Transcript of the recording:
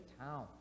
town